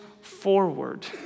forward